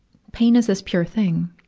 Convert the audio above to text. pain is this pure thing,